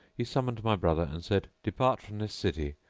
he summoned my brother and said, depart from this city,